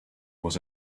was